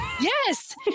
Yes